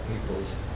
people's